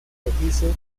rojizo